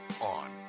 on